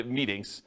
meetings